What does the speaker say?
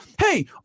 Hey